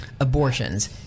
abortions